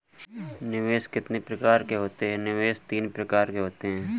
निवेश कितनी प्रकार के होते हैं?